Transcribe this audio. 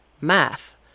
math